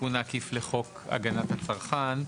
תיקון עקיף לחוק הגנת הצרכן.